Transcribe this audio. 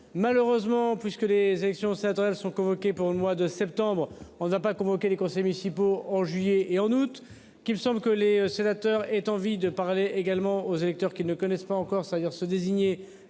malheureusement puisque les élections s'adresse sont convoqués pour le mois de septembre. On n'a pas convoqué les conseils municipaux en juillet et en août qu'il me semble que les sénateurs aient envie de parler également aux électeurs qui ne connaissent pas encore, c'est-à-dire ceux désignés